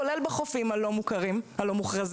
כולל בחופים הלא מוכרזים,